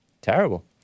Terrible